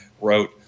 wrote